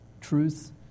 Truth